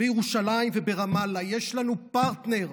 בירושלים וברמאללה, יש לנו פרטנר.